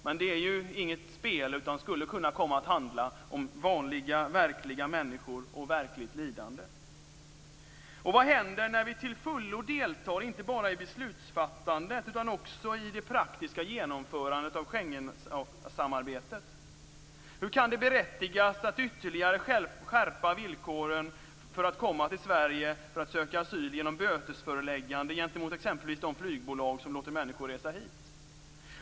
Men det är ju inte fråga om ett spel, utan det skulle kunna komma att handla om vanliga verkliga människor och om verkligt lidande. Vad händer när vi till fullo deltar inte bara i beslutsfattandet utan också i det praktiska genomförandet när det gäller Schengensamarbetet? Hur kan det berättigas att genom bötesföreläggande gentemot exempelvis de flygbolag som låter människor resa hit ytterligare skärpa villkoren för att komma till Sverige och söka asyl?